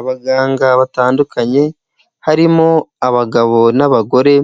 Abaganga batandukanye harimo abagabo n'abagore